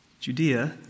Judea